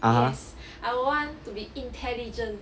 (uh huh)